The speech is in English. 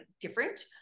different